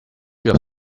your